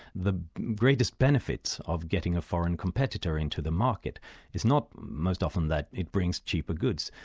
the greatest benefits of getting a foreign competitor into the market is not most often that it brings cheaper goods,